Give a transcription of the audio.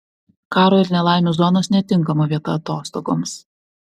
karo ir nelaimių zonos netinkama vieta atostogoms